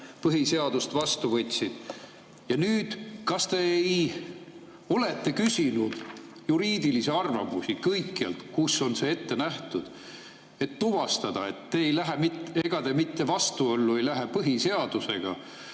põhiseadust vastu võtsid. Kas te olete küsinud juriidilisi arvamusi kõikjalt, kus on see ette nähtud, et tuvastada, ega te ei lähe vastuollu põhiseadusega,